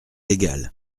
égal